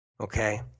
Okay